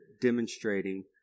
demonstrating